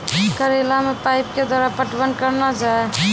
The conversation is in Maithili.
करेला मे पाइप के द्वारा पटवन करना जाए?